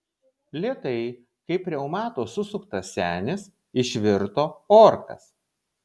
lėtai kaip reumato susuktas senis išvirto orkas